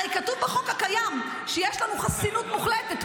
הרי כתוב בחוק הקיים שיש לנו חסינות מוחלטת,